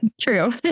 True